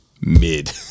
mid